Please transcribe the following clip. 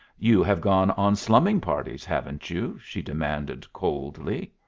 you have gone on slumming parties, haven't you? she demanded coldly.